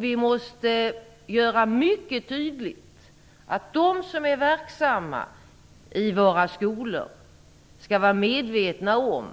Vi måste göra det mycket tydligt att de som är verksamma i våra skolor skall vara medvetna om